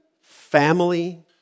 family